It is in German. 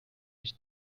nicht